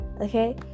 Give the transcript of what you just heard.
Okay